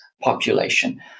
population